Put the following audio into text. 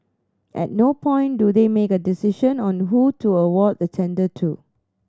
at no point do they make a decision on who to award the tender to